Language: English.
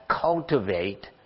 cultivate